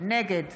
נגד